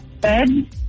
Bed